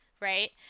Right